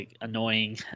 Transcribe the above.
annoying